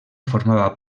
formava